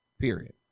period